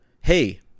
Hey